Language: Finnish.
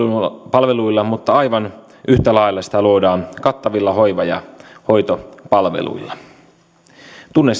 palveluilla mutta aivan yhtä lailla sitä luodaan kattavilla hoiva ja hoitopalveluilla tunne